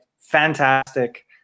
fantastic